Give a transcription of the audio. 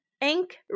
Ink